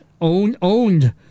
owned